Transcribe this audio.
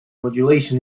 modulation